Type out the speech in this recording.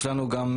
יש לנו גם,